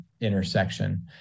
intersection